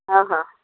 ହଁ ହଁ